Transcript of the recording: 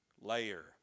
layer